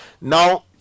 Now